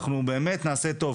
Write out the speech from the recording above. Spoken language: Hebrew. אנחנו באמת נעשה טוב,